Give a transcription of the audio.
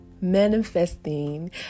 manifesting